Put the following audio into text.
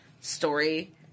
story